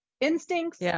instincts